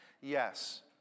Yes